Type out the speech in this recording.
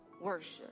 worship